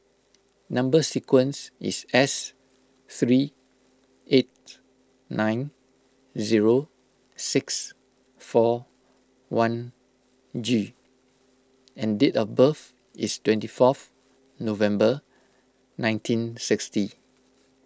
Number Sequence is S three eight nine zero six four one G and date of birth is twenty fourth November nineteen sixty